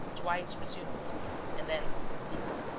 twice resumed and then ceasing.